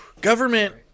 government